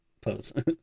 pose